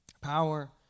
Power